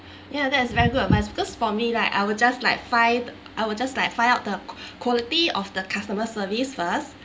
ya that is very good for us because for me like I will just like find I will just like find out the quality of the customer service first